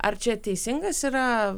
ar čia teisingas yra